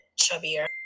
chubbier